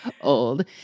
old